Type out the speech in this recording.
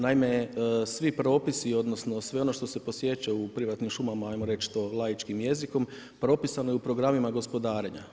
Naime, svi propisi odnosno sve ono što se posječe u privatnim šumama, ajmo reći to laičkim jezikom, propisano je u programima gospodarenja.